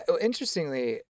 Interestingly